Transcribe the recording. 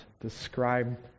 describe